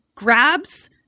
grabs